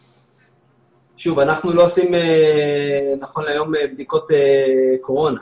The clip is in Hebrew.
שוב, אנחנו לא עושים נכון להיום בדיקות קורונה,